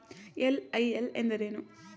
LIL ಎಂದರೇನು?